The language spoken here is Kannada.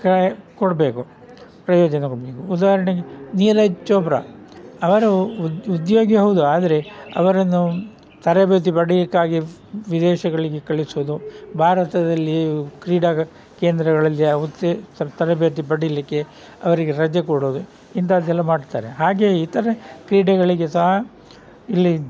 ಕಾ ಕೊಡಬೇಕು ಪ್ರಯೋಜನ ಕೊಡಬೇಕು ಉದಾಹರಣೆಗೆ ನೀರಜ್ ಚೋಪ್ರಾ ಅವರು ಉದ್ಯೋಗಿ ಹೌದು ಆದರೆ ಅವರನ್ನು ತರಬೇತಿ ಪಡೀಲಿಕ್ಕಾಗಿ ವಿದೇಶಗಳಿಗೆ ಕಳಿಸೋದು ಭಾರತದಲ್ಲಿ ಕ್ರೀಡಾ ಕೇಂದ್ರಗಳಲ್ಲಿ ಆ ಹುದ್ದೆ ತರಬೇತಿ ಪಡೀಲಿಕ್ಕೆ ಅವರಿಗೆ ರಜೆ ಕೊಡುವುದು ಇಂಥದ್ದೆಲ್ಲ ಮಾಡ್ತಾರೆ ಹಾಗೆ ಇತರೆ ಕ್ರೀಡೆಗಳಿಗೆ ಸಹ ಇಲ್ಲಿ